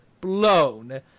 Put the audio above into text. blown